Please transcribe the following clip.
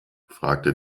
fragte